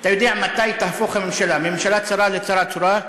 אתה יודע מתי תהפוך הממשלה מממשלה צרה לצרה צרורה?